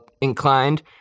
inclined